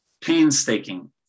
painstaking